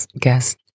guest